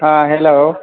हँ हेलो